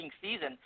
season